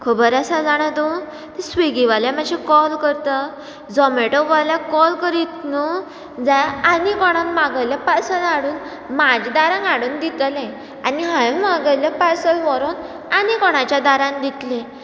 खबर आसा जाणा ते स्विगिवाल्या मातशें कॉल करता झोमेटेवाल्याक कॉल करीत न्हू जाल्या आनी कोणा मागयल्लें पार्सल हाडून म्हज्या दारान हाडून दितलें आनी हांवें मागयल्लें पार्सल व्हरून आनी कोणाच्या दारान दितली